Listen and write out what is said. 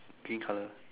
green colour